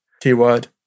keyword